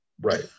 right